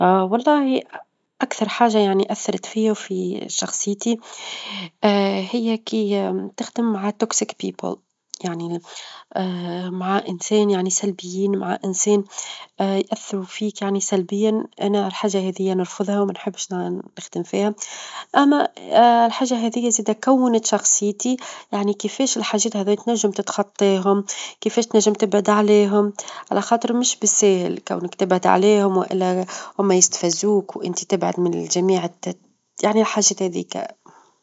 ا والله أكثر حاجة يعني أثرت فيا، وفي شخصيتي، هي كي تخدم مع أشخاص سامين يعني مع إنسان يعني سلبيين مع إنسان يأثروا فيك يعني سلبيًا. أنا الحاجة هذيا نرفظها، وما نحبش نخدم فيها، اما الحاجة هاذيا كونت شخصيتي يعني كيفاش الحاجات هذي تنجم تتخطاهم؟ كيفاش تنجم تبعد عليهم؟ على خاطر مش بالساهل كونك تبعد عليهم، والا هما يستفزوك، وانت تبعد من الجميع يعني الحاجات هذيك.